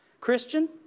Christian